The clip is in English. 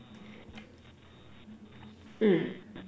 mm